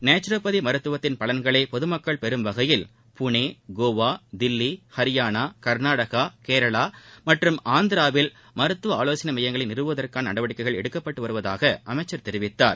naturopathy மருத்துவத்தின் பலன்களை பொதுமக்கள் பெறும் வகையில் புனே கோவா தில்லி ஹரியானா கர்நாடகா கேரளா மற்றும் ஆந்திராவில் மருத்துவ ஆலோசனை மையங்களை நிறுவுவதற்கான நடவடிக்கைகள் எடுக்கப்பட்டு வருவதாக அமைச்சர் தெரிவித்தார்